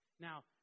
Now